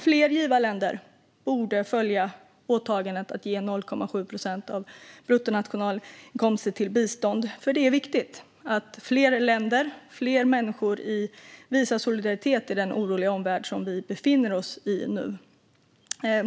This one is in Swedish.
Fler givarländer borde följa åtagandet att ge 0,7 procent av bruttonationalinkomsten till bistånd, för det är viktigt att fler länder och människor visar solidaritet i den oroliga omvärld vi nu befinner oss i.